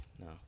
no